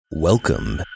Welcome